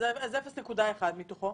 אז 0.1 מתוכו